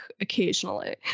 occasionally